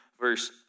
verse